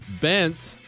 bent